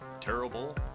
Terrible